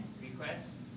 requests